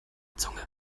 zunge